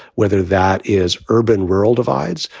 whether that is urban, rural divides,